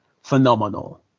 phenomenal